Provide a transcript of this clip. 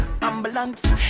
ambulance